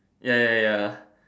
ya ya ya